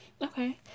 Okay